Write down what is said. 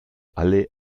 alle